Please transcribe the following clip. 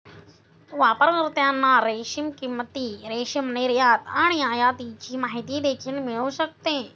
वापरकर्त्यांना रेशीम किंमती, रेशीम निर्यात आणि आयातीची माहिती देखील मिळू शकते